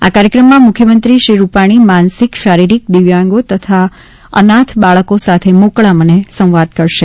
આ કાર્યક્રમમાં મુખ્યમંત્રી શ્રી રૂપાણી માનસિક શારીરિક દિવ્યાંગો તથા અનાથ બાળકો સાથે મોકળા મને સંવાદ કરશે